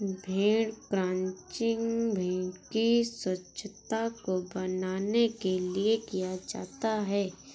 भेड़ क्रंचिंग भेड़ की स्वच्छता को बनाने के लिए किया जाता है